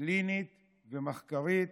קלינית ומחקרית.